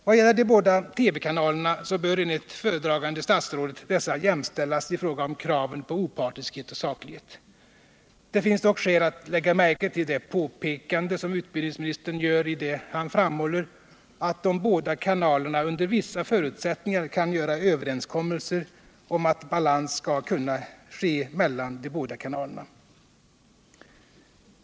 Vad gäller de båda TV-kanalerna, så bör enligt föredragande statsrådet dessa jämställas i fråga om kraven på opartiskhet och saklighet. Det finns dock skäl att lägga märke till det påpekande som utbildningsministern gör i det att han framhåller att de båda kanalerna under vissa förutsättningar kan träffa överenskommelser om att balans skall åstadkommas mellan de båda kanalerna.